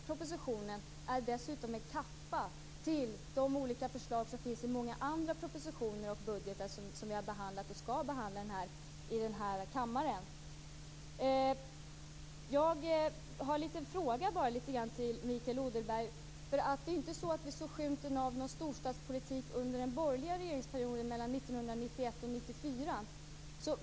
Propositionen är dessutom en kappa till de olika förslag som finns i många andra propositioner och budgetar som vi har behandlat, och som vi skall behandla, här i kammaren. Jag har en fråga till Mikael Odenberg. Det är ju inte så att vi såg skymten av någon storstadspolitik under den borgerliga regeringsperioden 1991-1994.